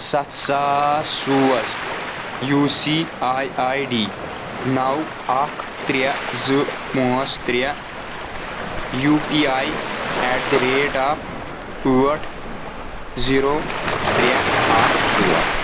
ستھ ساس سوز U C I I D نو اکھ ترٛےٚ زٕ پانٛژھ ترٛےٚ U P I at the rate of ٲٹھ زیٖرو ترٛےٚ اکھ ژور